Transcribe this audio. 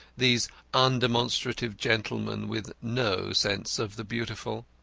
these undemonstrative gentlemen with no sense of the beautiful.